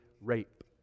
rape